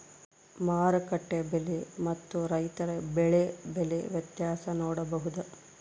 ಮಾರುಕಟ್ಟೆ ಬೆಲೆ ಮತ್ತು ರೈತರ ಬೆಳೆ ಬೆಲೆ ವ್ಯತ್ಯಾಸ ನೋಡಬಹುದಾ?